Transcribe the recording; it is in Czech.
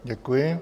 Děkuji.